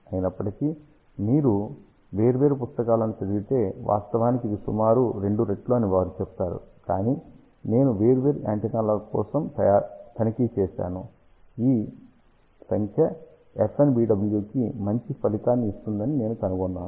అయినప్పటికీ మీరు వేర్వేరు పుస్తకాలను చదివితే వాస్తవానికి ఇది సుమారు రెండు రెట్లు అని వారు చెబుతారు కాని నేను వేర్వేరు యాంటెన్నాల కోసం తనిఖీ చేసాను ఈ సంఖ్య FNBW కి మంచి ఫలితాన్ని ఇస్తుందని నేను కనుగొన్నాను